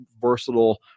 versatile